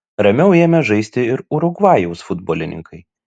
ramiau ėmė žaisti ir urugvajaus futbolininkai